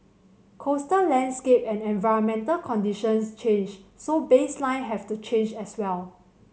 coastal landscape and environmental conditions change so baseline have to change as well